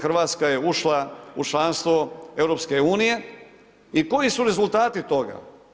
Hrvatska je ušla u članstvo EU i koji su rezultati toga?